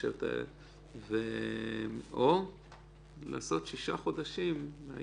או לעשות שישה חודשים.